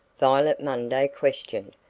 violet munday questioned.